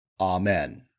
Amen